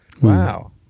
Wow